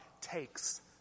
takes